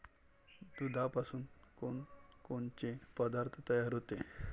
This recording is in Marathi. दुधापासून कोनकोनचे पदार्थ तयार होते?